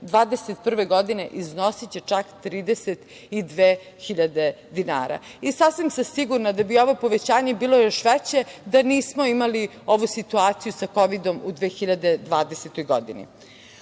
2021. godine, iznosiće čak 32.000 dinara. Sasvim sam sigurna da bi ovo povećanje bilo još veće da nismo imali ovu situaciju sa kovidom u 2020. godini.U